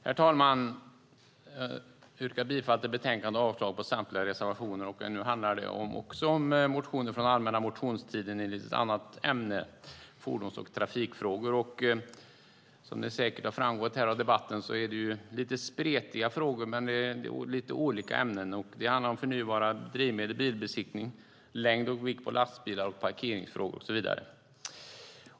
Herr talman! Jag yrkar bifall till förslaget i betänkandet och avslag på samtliga reservationer. Nu handlar det om motioner från allmänna motionstiden i ett annat ämne, fordons och trafikfrågor. Som har framgått av debatten är det lite spretiga frågor, men det är olika ämnen. Det handlar om förnybara drivmedel, bilbesiktning, längd och vikt på lastbilar, parkeringsfrågor och så vidare.